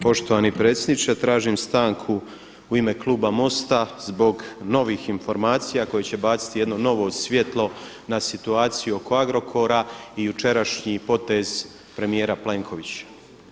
Poštovani predsjedniče, tražim stanku u ime kluba MOST-a zbog novih informacija koje će baciti jedno novo svjetlo na situaciju oko Agrokora i jučerašnji potez premijera Plenkovića.